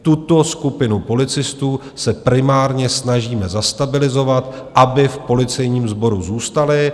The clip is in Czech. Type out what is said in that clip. Tuto skupinu policistů se primárně snažíme zastabilizovat, aby v policejním sboru zůstali.